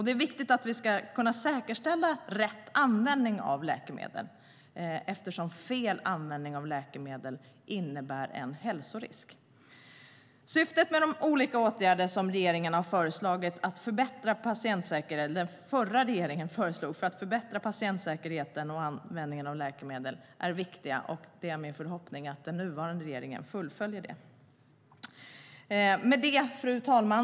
Det är viktigt att kunna säkerställa rätt användning av läkemedel eftersom fel användning innebär en hälsorisk.De olika åtgärder som den förra regeringen föreslog för att förbättra patientsäkerheten och användningen av läkemedel är viktiga. Och det är min förhoppning att den nuvarande regeringen fullföljer det arbetet. Fru talman!